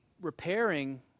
repairing